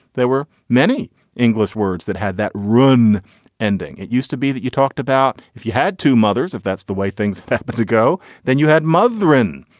there were many english words that had that run ending. it used to be that you talked about if you had two mothers if that's the way things were but to go then you had mothering.